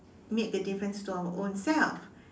make the difference to our own self